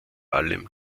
allem